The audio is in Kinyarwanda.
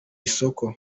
isoko